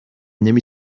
نمی